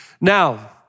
Now